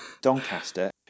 Doncaster